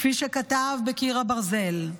כפי שכתב ב"קיר הברזל":